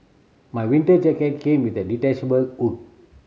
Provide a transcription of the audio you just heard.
my winter jacket came with a detachable hood